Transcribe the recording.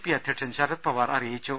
P അധ്യക്ഷൻ ശരത് പവാർ അറിയിച്ചു